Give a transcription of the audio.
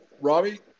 Robbie